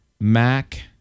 Mac